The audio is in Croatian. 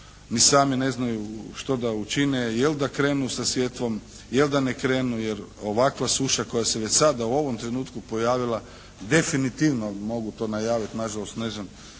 ni sami ne znaju što da učine, je li da krenu sa sjetvom, je li da ne krenu jer ovakva suša koja se već sada u ovom trenutku pojavila definitivno mogu to najaviti. Nažalost, ne znam,